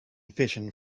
fishing